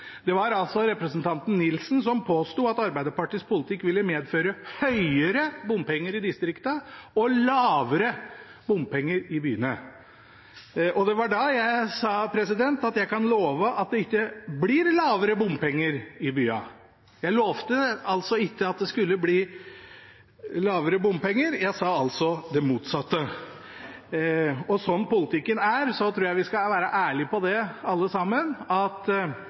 Det var altså representanten Nilsen som påsto at Arbeiderpartiets politikk ville medføre høyere bompenger i distriktene og lavere bompenger i byene. Det var da jeg sa at jeg kan love at det ikke blir lavere bompenger i byene. Jeg lovte altså ikke at det skulle bli lavere bompenger, jeg sa det motsatte. Og sånn politikken er, tror jeg vi skal være ærlige på det alle sammen, at